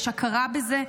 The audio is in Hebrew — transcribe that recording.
יש הכרה בזה.